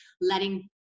letting